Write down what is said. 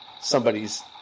somebody's